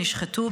נשחטו,